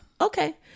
okay